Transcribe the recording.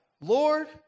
Lord